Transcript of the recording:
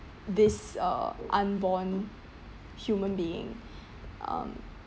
this uh unborn human being um